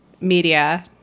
media